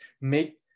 make